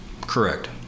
Correct